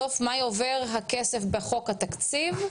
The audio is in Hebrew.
בסוף מאי יעבור הכסף בחוק התקציב,